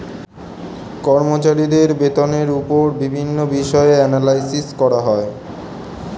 কর্মচারীদের বেতনের উপর বিভিন্ন বিষয়ে অ্যানালাইসিস করা হয়